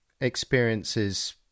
experiences